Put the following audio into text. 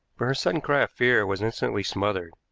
for her sudden cry of fear was instantly smothered,